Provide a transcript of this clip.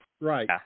Right